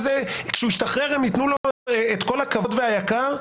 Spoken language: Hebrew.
כשהוא ישתחרר הם יתנו לו את כל הכבוד והיקר.